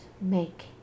make